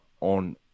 on